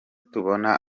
tubona